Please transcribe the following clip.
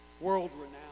World-renowned